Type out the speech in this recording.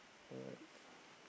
alright